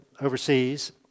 overseas